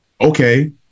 Okay